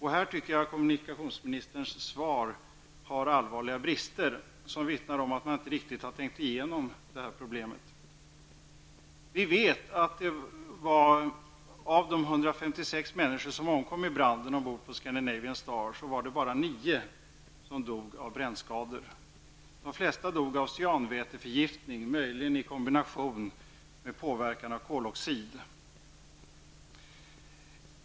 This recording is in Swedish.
Här tycker jag att kommunikationsministerns svar har allvarliga brister, som vittnar om att man inte riktigt tänkt igenom detta problem. Vi vet att av de 156 människor som omkom i branden ombord på Scandinavian Star var det bara 9 som dog av brännskador. De flesta dog av cyanväteförgiftning, möjligen i kombination med påverkan av koloxid.